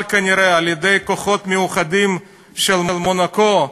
כנראה על-ידי כוחות מיוחדים של מונקו,